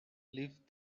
lift